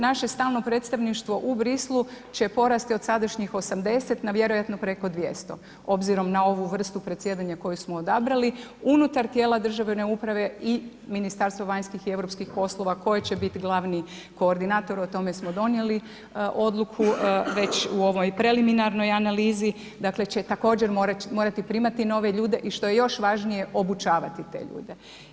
Naše stalno predstavništvo u Bruxellesu će porasti od sadašnjih 80 na vjerojatno preko 200 obzirom na ovu vrstu predsjedanja koju smo odabrali unutar tijela državne uprave i Ministarstva vanjskih i europskih poslova koje će bit glavni koordinator o tome smo donijeli odluku već u ovoj preliminarnoj analizi, dakle će također morati primati nove ljude i što je još važnije obučavati te ljude.